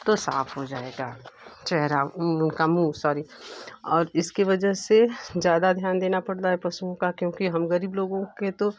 तो साफ हो जाएगा चेहरा उन लोग का मुँह सॉरी और इसकी वजह से ज़्यादा ध्यान देना पड़ता है पशुओं का क्योंकि हम गरीब लोगों के तो